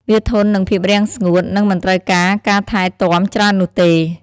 វាធន់នឹងភាពរាំងស្ងួត និងមិនត្រូវការការថែទាំច្រើននោះទេ។